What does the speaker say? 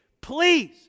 please